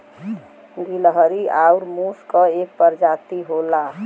गिलहरी आउर मुस क एक परजाती होला